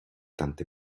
tante